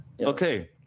Okay